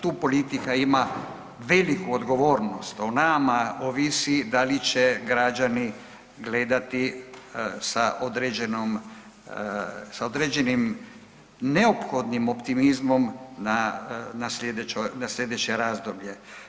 Tu politika ima veliku odgovornost, o nama ovisi da li će građani gledati sa određenim, sa određenim neophodnim optimizmom na sljedeće razdoblje.